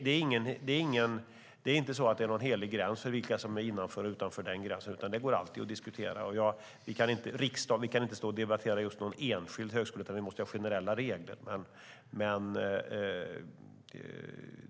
Det finns ingen helig gräns där vissa är innanför och utanför, utan det går alltid att diskutera. Här i riksdagen kan vi inte debattera en enskild högskola, utan vi måste ha generella regler.